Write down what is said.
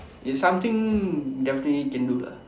is something definitely can do lah